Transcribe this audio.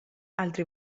altri